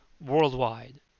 worldwide